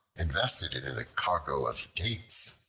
invested it in a cargo of dates,